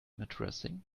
addressing